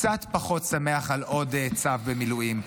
קצת פחות שמח על עוד צו מילואים,